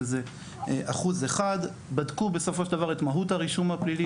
שזה 1%. בדקו בסופו של דבר את מהות הרישום הפלילי